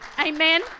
Amen